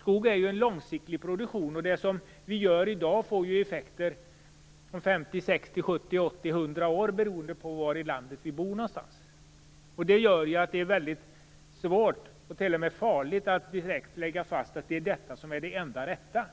Skog är ju en långsiktig produktion. Det som vi gör i dag får effekter om 50, 60, 70, 80 eller 100 år, beroende på var i landet vi bor. Det gör att det är mycket svårt och t.o.m. farligt att direkt lägga fast att det är detta som är det enda rätta.